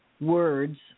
words